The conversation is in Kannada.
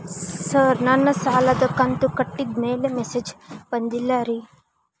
ಸರ್ ನನ್ನ ಸಾಲದ ಕಂತು ಕಟ್ಟಿದಮೇಲೆ ಮೆಸೇಜ್ ಬಂದಿಲ್ಲ ರೇ